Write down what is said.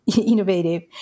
innovative